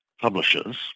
publishers